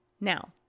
Now